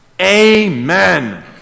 Amen